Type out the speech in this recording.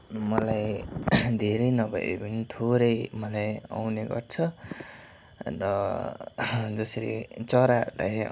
मलाई धेरै नभए पनि थोरै मलाई आउने गर्छ अन्त जसरी चराहरूलाई